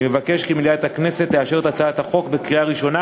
אני מבקש כי מליאת הכנסת תאשר את הצעת החוק בקריאה ראשונה